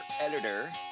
editor